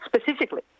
specifically